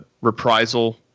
reprisal